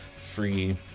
free